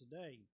today